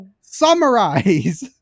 summarize